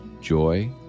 joy